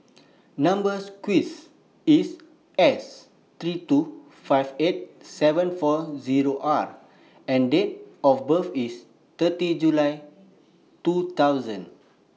Number sequence IS S three two five eight seven four Zero R and Date of birth IS thirty July two thousand